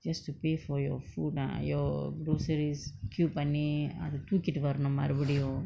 just to pay for your food ah your groceries queue பண்ணி அத தூக்கிட்டு வரணும் மறுபடியும்:panni atha thookkittu varanum marupadiyum